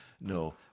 No